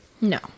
No